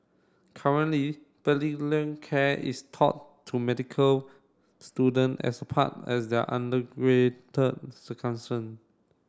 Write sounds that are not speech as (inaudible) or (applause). currently (unintelligible) care is taught to medical student as part as their (unintelligible)